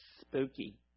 spooky